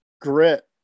grit